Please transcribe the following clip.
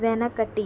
వెనకటి